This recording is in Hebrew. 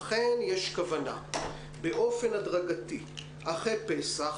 אכן יש כוונה באופן הדרגתי אחרי פסח,